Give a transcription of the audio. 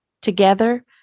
Together